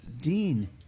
Dean